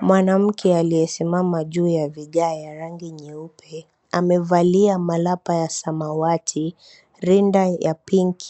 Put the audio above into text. Mwanamke aliyesimama juu ya vigae ya rangi nyeupe amevalia malapa ya samawati, rinda ya pink ,